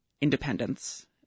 independence